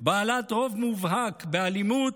בעלת רוב מובהק באלימות,